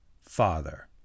father